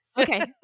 Okay